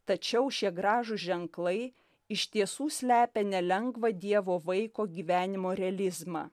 tačiau šie gražūs ženklai iš tiesų slepia nelengvą dievo vaiko gyvenimo realizmą